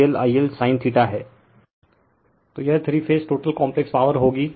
refer slide time 1636 तो यह three phase total complex power होगी